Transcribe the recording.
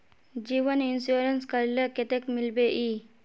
जीवन इंश्योरेंस करले कतेक मिलबे ई?